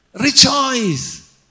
Rejoice